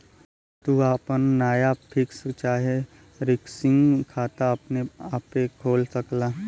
तू आपन नया फिक्स चाहे रिकरिंग खाता अपने आपे खोल सकला